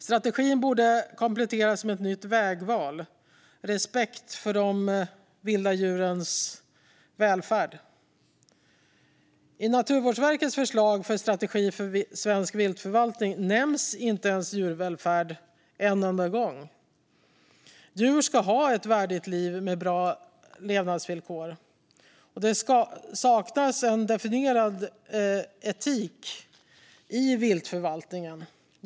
Strategin borde kompletteras med ett nytt vägval, nämligen respekt för de vilda djurens välfärd. I Naturvårdsverkets förslag för strategi för svensk viltförvaltning nämns inte djurvälfärd en enda gång. Djur ska ha ett värdigt liv med bra levnadsvillkor, men det saknas en definierad etik i viltförvaltningen.